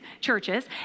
churches